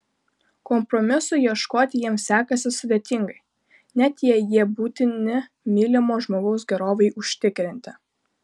kompromisų ieškoti jiems sekasi sudėtingai net jei jie būtini mylimo žmogaus gerovei užtikrinti